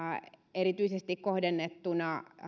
erityisesti kohdennettuna